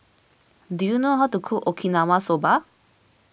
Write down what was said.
do you know how to cook Okinawa Soba